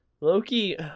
Loki